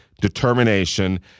determination